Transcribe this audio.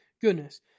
goodness